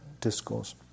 discourse